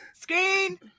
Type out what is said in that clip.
screen